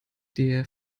der